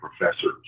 professors